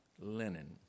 Linen